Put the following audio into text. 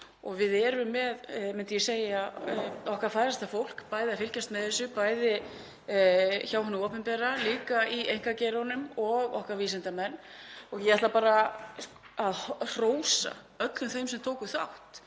Við erum með, myndi ég segja, okkar færasta fólk í að fylgjast með þessu, bæði hjá hinu opinbera og í einkageiranum, og okkar vísindamenn. Ég ætla bara að hrósa öllum þeim sem tóku þátt